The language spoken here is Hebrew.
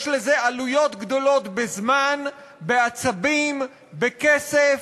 יש לזה עלויות גדולות בזמן, בעצבים, בכסף.